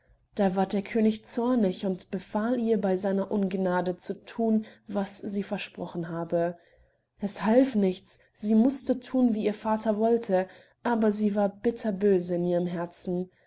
da ward der könig zornig und befahl ihr bei seiner ungnade zu thun was sie versprochen habe es half nichts sie mußte thun wie ihr vater wollte aber sie war bitterböse in ihrem herzen